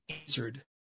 answered